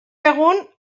egun